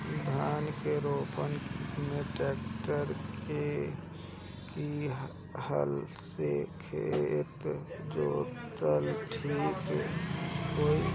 धान के रोपन मे ट्रेक्टर से की हल से खेत जोतल ठीक होई?